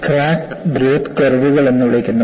ഇവയെ crack growth കർവുകൾ എന്ന് വിളിക്കുന്നു